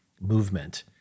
movement